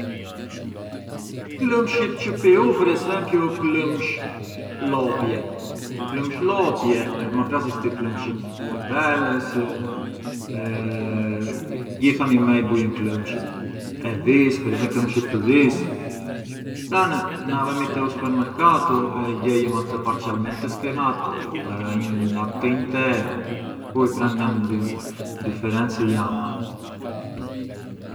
Klëmshit çë pi u per esempiu ë klëmsh lopie, klëmsh lopie, ma pran sistir klëmshit të deles, gjith animejt bujën klëmshit, klëmshit të dhis, ë klëmshit të dhis, pran na vemi te u supermercatu gjejëm atë parzialmenti scrematu, latte intero, pran i differenzi jan.